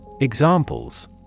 Examples